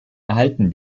erhalten